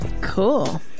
cool